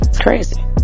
crazy